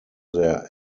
their